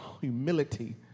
humility